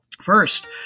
First